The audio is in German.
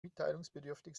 mitteilungsbedürftig